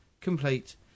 complete